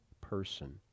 person